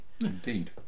indeed